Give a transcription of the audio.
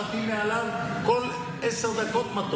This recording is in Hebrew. נוחת מעליו מטוס כל עשר דקות.